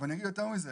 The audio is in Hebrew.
ואני אגיד יותר מזה.